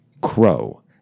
Crow